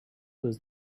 was